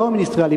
לא מיניסטריאלי,